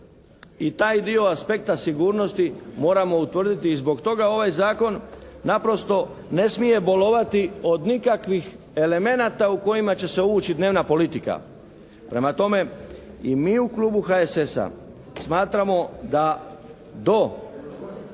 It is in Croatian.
i taj dio aspekta sigurnosti moramo utvrditi i zbog toga ovaj Zakon naprosto ne smije bolovati od nikakvih elemenata u kojima će se uvući dnevna politika. Prema tome i mi u klubu HSS-a smatramo da to